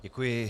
Děkuji.